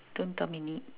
dominate